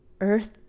earth